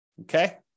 Okay